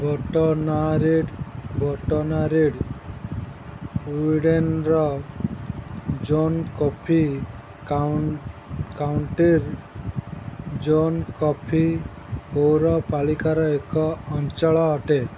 ବଟନାରିଡ୍ Botnaryd ସ୍ୱିଡ଼େନର ଜୋନକୋଫି କାଉଣ୍ଟିର୍ ଜୋନକୋଫି ପୌରପାଳିକାର ଏକ ଅଞ୍ଚଳ ଅଟେ